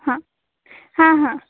हां हां हां